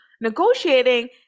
negotiating